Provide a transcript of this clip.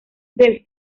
del